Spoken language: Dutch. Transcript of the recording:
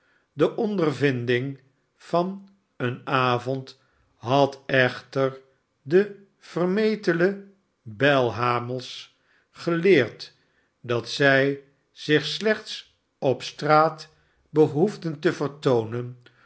de ondervinding van een avond had echter den vermetelen belhamers geleerd dat zij zich slechts op straat behoefden te vertoonen